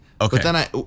Okay